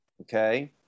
okay